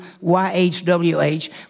Y-H-W-H